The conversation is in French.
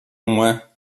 moins